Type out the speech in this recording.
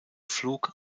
flug